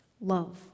love